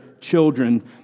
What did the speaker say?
children